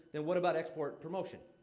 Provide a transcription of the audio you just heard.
then what about export promotion?